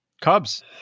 Cubs